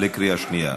בקריאה שנייה.